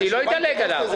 לא אדלג עליו.